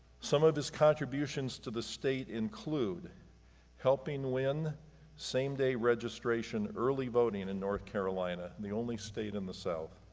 some of his contributions to the state include helping win same-day registration early voting in north carolina, the only state in the south,